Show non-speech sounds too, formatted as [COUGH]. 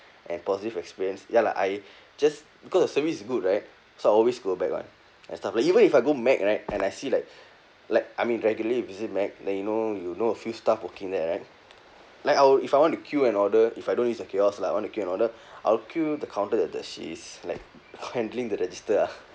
and positive experience ya lah I just because the service is good right so I always go back [one] and stuff like even if I go mac right and I see like [BREATH] like I mean regularly visit mac then you know you know a few staff working there right like I would if I want to queue and order if I don't use the kiosk lah I want to queue an order [BREATH] I'll queue the counter that that she's like handling the register ah [LAUGHS]